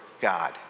God